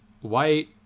White